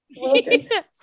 Yes